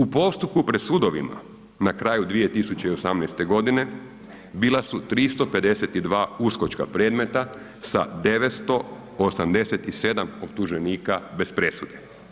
U postupku pred sudovima na kraju 2018.g. bila su 352 uskočka predmeta sa 987 optuženika bez presude.